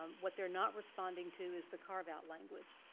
um what they're not responding to, is the carve out language.